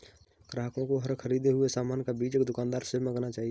ग्राहकों को हर ख़रीदे हुए सामान का बीजक दुकानदार से मांगना चाहिए